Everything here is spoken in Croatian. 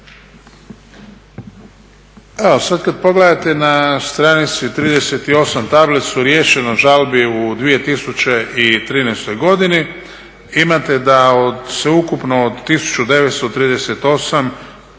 sad kad pogledate na stranici 38. tablicu riješeno žalbi u 2013. godini imate da od sveukupno od 1938.